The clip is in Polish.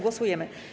Głosujemy.